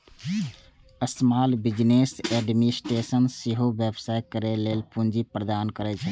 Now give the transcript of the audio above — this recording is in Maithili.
स्माल बिजनेस एडमिनिस्टेशन सेहो व्यवसाय करै लेल पूंजी प्रदान करै छै